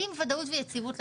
עם ודאות ויציבות.